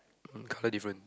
um color different